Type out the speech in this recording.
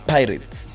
Pirates